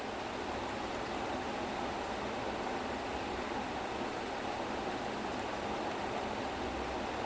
like that was some phenomenal dancing right there then afterwards like she went to dance in sham~ the and some shanmugam movie also